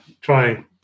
try